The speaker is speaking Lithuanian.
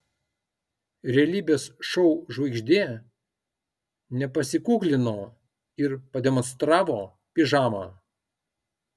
realybės šou žvaigždė nepasikuklino ir pademonstravo pižamą